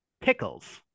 pickles